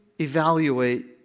evaluate